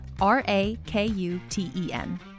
R-A-K-U-T-E-N